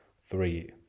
three